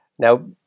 Now